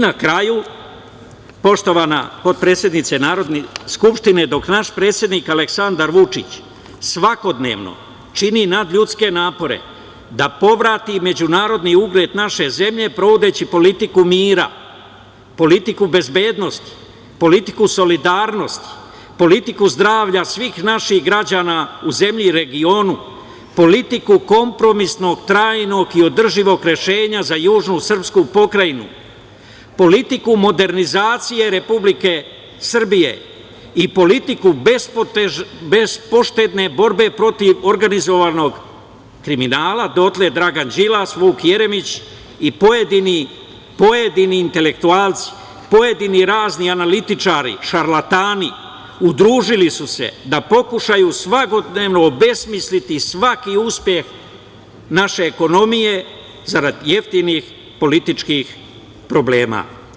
Na kraju, poštovana potpredsednice Narodne skupštine, dok naš predsednik Aleksandar Vučić svakodnevno čini nadljudske napore da povrati međunarodni ugled naše zemlje sprovodeći politiku mira, politiku bezbednosti, politiku solidarnosti, politiku zdravlja svih naših građana u zemlji i regionu, politiku kompromisnog, trajnog i održivog rešenja za južnu srpsku pokrajinu, politiku modernizacije Republike Srbije i politiku bespoštedne borbe protiv organizovanog kriminala, dotle Dragan Đilas, Vuk Jeremić i pojedini intelektualci, pojedini razni analitičari, šarlatani su se udružili da pokušaju svakodnevno obesmisliti svaki uspeh naše ekonomije, zarada jeftinih političkih problema.